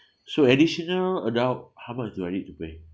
so additional adult how much do I need to pay